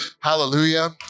Hallelujah